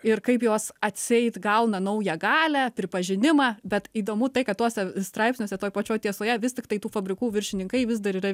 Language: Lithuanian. ir kaip jos atseit gauna naują galią pripažinimą bet įdomu tai kad tuose straipsniuose toj pačioj tiesoje vis tiktai tų fabrikų viršininkai vis dar yra